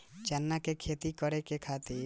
चना के खेती करे के खातिर लाल मिट्टी केतना ठीक रही?